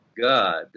God